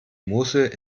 mosel